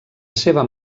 seva